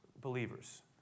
believers